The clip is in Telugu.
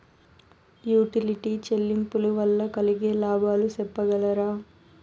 యుటిలిటీ చెల్లింపులు వల్ల కలిగే లాభాలు సెప్పగలరా?